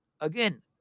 again